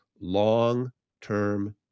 long-term